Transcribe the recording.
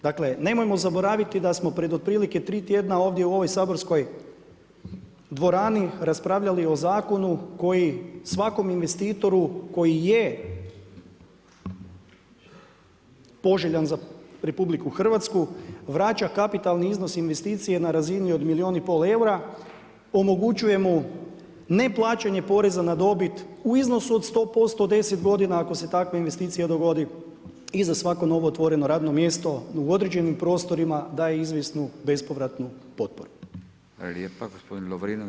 Dakle nemojmo zaboraviti da smo pred otprilike 3 tjedna ovdje u ovoj saborskoj dvorani raspravljali o zakonu koji svakom investitoru koji je poželjan za RH vraća kapitalni iznos investicije na razini od milijun i pol eura, omogućuje mu ne plaćanje poreza na dobit u iznosu od 100% deset godina ako se takva investicija dogodi i za svako novootvoreno radno mjesto u određenim prostorima daje izvjesnu bespovratnu potporu.